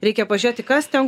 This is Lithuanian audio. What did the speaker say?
reikia pažiūrėti kas ten